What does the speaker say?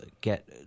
get